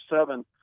seven